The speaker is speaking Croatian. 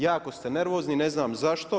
Jako ste nervozni, ne znam zašto.